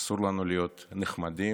אסור לנו להיות נחמדים,